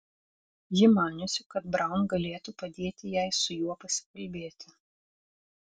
ji maniusi kad braun galėtų padėti jai su juo pasikalbėti